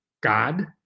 God